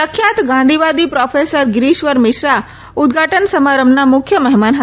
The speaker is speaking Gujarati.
પ્રખ્યાત ગાંધીવાદી પ્રોફેસર ગીરીશ્વર મિશ્રા ઉદ્દઘાટન સમારંભના મુખ્ય મહેમાન હતાં